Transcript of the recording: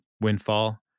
windfall